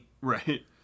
Right